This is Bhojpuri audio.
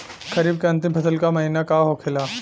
खरीफ के अंतिम फसल का महीना का होखेला?